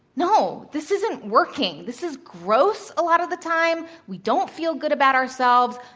no, this isn't working. this is gross a lot of the time. we don't feel good about ourselves.